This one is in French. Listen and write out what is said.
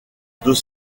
deux